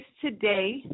today